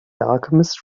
alchemist